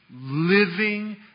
living